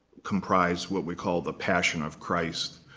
comprise what we call the passion of christ.